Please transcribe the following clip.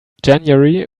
january